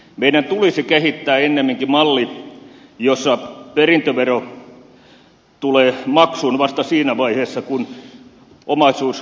meidän tulisi kehittää ennemminkin malli jossa perintövero tulee maksuun vasta siinä vaiheessa kun omaisuus realisoituu